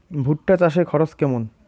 ভুট্টা চাষে খরচ কেমন?